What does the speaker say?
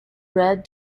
read